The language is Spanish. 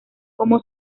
como